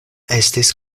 estis